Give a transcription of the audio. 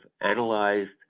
analyzed